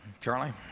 Charlie